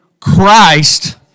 christ